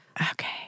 Okay